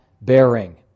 bearing